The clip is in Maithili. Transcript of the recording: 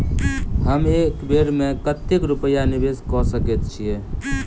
हम एक बेर मे कतेक रूपया निवेश कऽ सकैत छीयै?